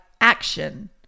action